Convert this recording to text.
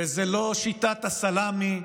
והוא לא שיטת הסלמי.